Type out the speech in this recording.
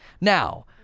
Now